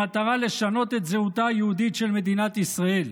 במטרה לשנות את זהותה היהודית של מדינת ישראל.